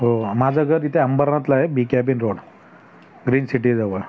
हो माझं घर इथे अंबरनाथला आहे बी कॅबिन रोड ग्रीन सिटीजवळ